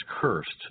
cursed